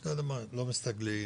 מאי הסתגלות,